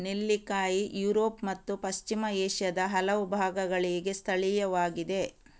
ನೆಲ್ಲಿಕಾಯಿ ಯುರೋಪ್ ಮತ್ತು ಪಶ್ಚಿಮ ಏಷ್ಯಾದ ಹಲವು ಭಾಗಗಳಿಗೆ ಸ್ಥಳೀಯವಾಗಿದೆ